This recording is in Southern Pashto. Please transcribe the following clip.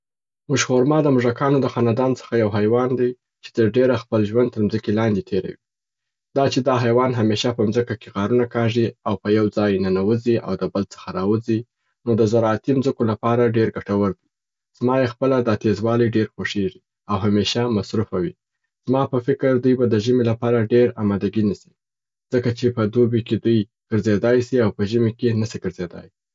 موش خورما د موږکانو د خاندان څخه یو حیوان دی چې تر ډېره خپل ژوند تر منځکي لاندي تیروي. دا چې دا حیوان همیشه په مځکه کې غارونه کاږي او په یو ځای ننوځي او د بل څخه راوځي، نو د زراعتي مځکو لپاره ډېر ګټور. زما یې خپله دا تیزوالي ډېر خوښیږي، او همیشه مصروفه وي. زما په فکر دوي به د ژمي لپاره ډېر امادګي نیسي ځکه چې په دوبي کي دوي ګرځیدای سي او په ژمي کي نسي ګرځیدای.